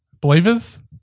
believers